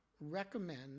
recommend